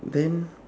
then